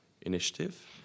initiative